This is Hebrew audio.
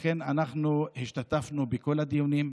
לכן אנחנו השתתפנו בכל הדיונים,